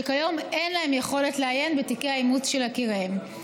שכיום אין להם יכולת לעיין בתיקי האימוץ של יקיריהן.